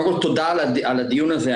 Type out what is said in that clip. תודה על הדיון הזה,